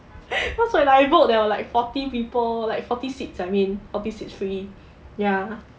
cause when I booked there were like forty people like forty seats I mean forty seats free ya